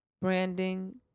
branding